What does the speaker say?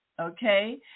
Okay